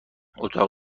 اتاق